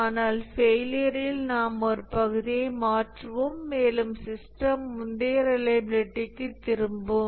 ஆனால் ஃபெயிலியரில் நாம் ஒரு பகுதியை மாற்றுவோம் மேலும் சிஸ்டம் முந்தைய ரிலையபிலிட்டிக்கு திரும்பும்